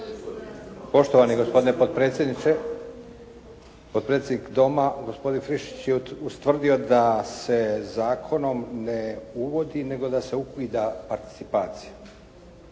lijepa, gospodine potpredsjedniče. Potpredsjednik Doma, gospodin Friščić je ustvrdio da se zakonom ne uvodi nego da se ukida participacija.